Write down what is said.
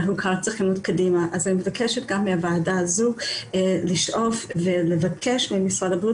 אני מבקשת מהוועדה הזו לבקש ממשרד הבריאות